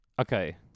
Okay